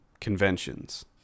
conventions